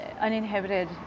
uninhibited